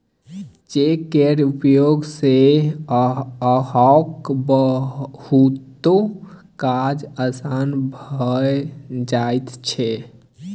cheque केर उपयोग सँ अहाँक बहुतो काज आसान भए जाइत छै